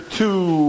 two